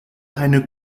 eine